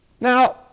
Now